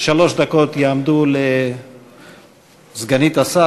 שלוש דקות יעמדו לרשות סגנית השר,